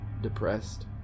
depressed